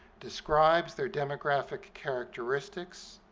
describes their demographic characteristics,